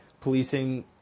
policing